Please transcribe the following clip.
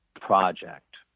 project